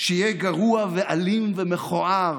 שיהיה גרוע ואלים ומכוער